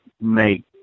make